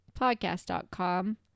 podcast.com